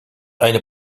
eine